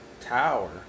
tower